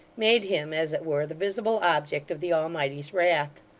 made him, as it were, the visible object of the almighty's wrath.